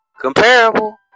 Comparable